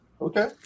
Okay